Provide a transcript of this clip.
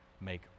make